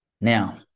Now